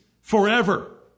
Forever